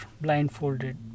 blindfolded